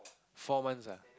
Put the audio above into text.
four months ah